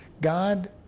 God